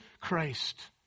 Christ